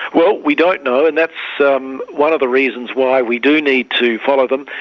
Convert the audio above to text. well, we don't know, and that's um one of the reasons why we do need to follow them.